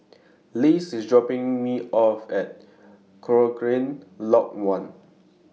Les IS dropping Me off At Cochrane Lodge one